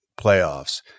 playoffs